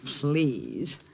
please